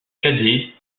cadet